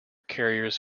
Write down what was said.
carriers